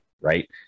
Right